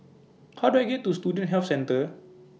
How Do I get to Student Health Centre